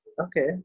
Okay